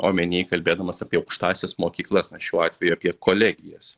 omeny kalbėdamas apie aukštąsias mokyklas na šiuo atveju apie kolegijas